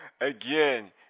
Again